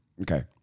Okay